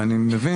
ואני מבין,